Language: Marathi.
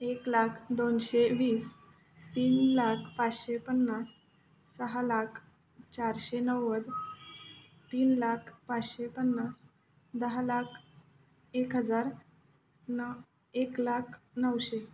एक लाख दोनशे वीस तीन लाख पाचशे पन्नास सहा लाख चारशे नव्वद तीन लाख पाचशे पन्नास दहा लाख एक हजार न एक लाख नऊशे